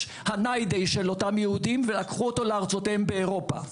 הניידי של אותם יהודים ולקחו אותו לארצותיהם באירופה.